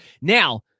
Now